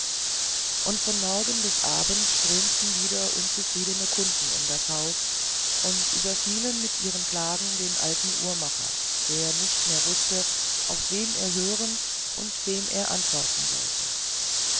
und von morgen bis abend strömten wieder unzufriedene kunden in das haus und überfielen mit ihren klagen den alten uhrmacher der nicht mehr wußte auf wen er hören und wem er antworten sollte